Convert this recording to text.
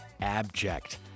abject